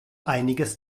einiges